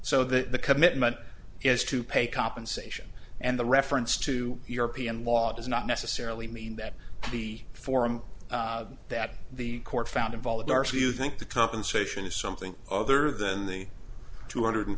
so that the commitment is to pay compensation and the reference to european law does not necessarily mean that the form that the court found involved are so you think the compensation is something other than the two hundred